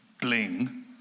bling